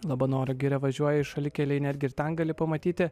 labanoro giria važiuoji šalikelėj net gi ir ten gali pamatyti